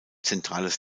zentrales